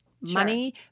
money